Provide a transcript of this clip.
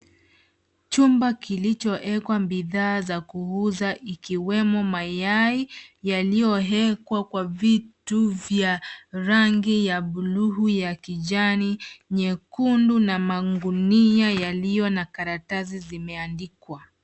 Chumba kilichowekwa bidhaa za kuuza ikiwemo mayai yaliyowekwa kwa vitu vya rangi ya bluu, ya kijani, nyekundu na magunia yaliyo na karatasi zimeandikwa.